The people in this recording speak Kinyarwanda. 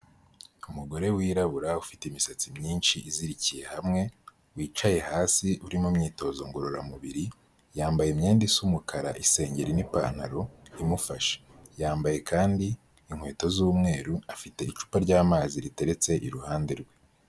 Umugore wirabura ufite imisatsi myinshi izirikiye hamwe, wicaye hasi uri mu myitozo ngororamubiri, yambaye imyenda isa umukara isengeri n'ipantaro imufashe, yambaye kandi inkweto z'umweru, afite icupa ry'amazi riteretse iruhande rwe.